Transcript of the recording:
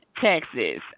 Texas